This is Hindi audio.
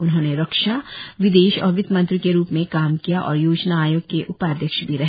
उन्होंने रक्षा विदेश और वित्तमंत्री के रूप में काम किया और योजना आयोग के उपाध्यक्ष भी रहे